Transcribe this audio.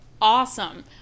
awesome